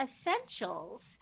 essentials